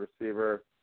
receiver